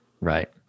Right